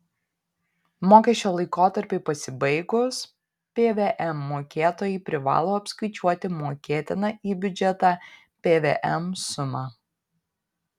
mokesčio laikotarpiui pasibaigus pvm mokėtojai privalo apskaičiuoti mokėtiną į biudžetą pvm sumą